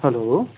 hello